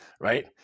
right